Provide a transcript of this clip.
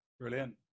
brilliant